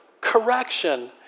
correction